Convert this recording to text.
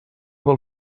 del